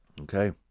Okay